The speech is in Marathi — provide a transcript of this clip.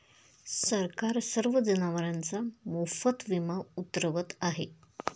सरकार सर्व जनावरांचा मोफत विमा उतरवत आहे